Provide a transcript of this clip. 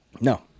No